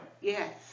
Yes